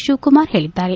ಶಿವಕುಮಾರ್ ಹೇಳಿದ್ದಾರೆ